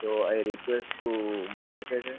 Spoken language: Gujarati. તો આઈ રેકવેસ્ટ ટુ મળી શકે છે